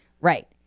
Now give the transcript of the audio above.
right